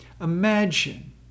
Imagine